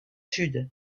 sud